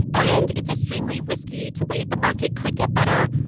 and it's extremely risky to wait. the market could get better,